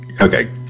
okay